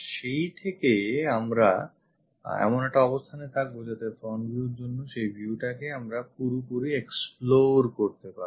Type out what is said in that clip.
সেই দিকে আমরা এমন একটা অবস্থানে থাকবো যাতে front এর জন্য সেই viewটাকে আমরা পুরোপুরি explore করতে পারবো